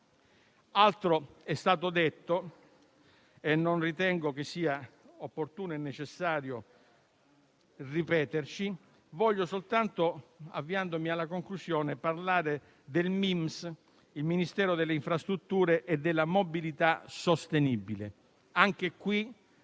Altro è stato detto e non ritengo che sia opportuno e necessario ripeterci. Voglio soltanto, avviandomi alla conclusione, parlare del MIMS, il Ministero delle infrastrutture e della mobilità sostenibile. Anche in